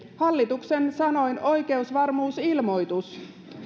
hallituksen sanoin oikeusvarmuusilmoitus